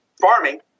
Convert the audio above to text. farming